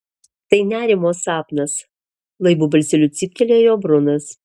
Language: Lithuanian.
tai nerimo sapnas laibu balseliu cyptelėjo brunas